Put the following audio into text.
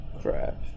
crap